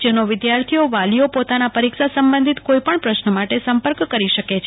જેનોવિદ્યાર્થીઓ વાલીઓ પોતાના પરીક્ષા સંબધિત કોઈપણ પ્રશ્ન માટે સંપર્ક કરી શકે છે